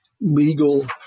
legal